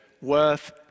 worth